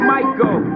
Michael